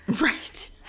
Right